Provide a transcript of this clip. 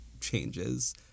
changes